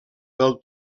del